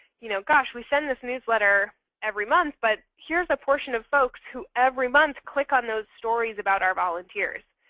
you know gosh. we send this newsletter every month, but here's a portion of folks who, every month, click on those stories about our volunteers.